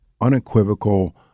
unequivocal